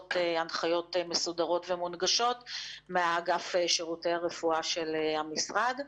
יוצאות הנחיות מסודרות ומונגשות מאגף שירותי הרפואה של המשרד.